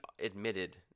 admitted